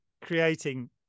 creating